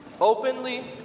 Openly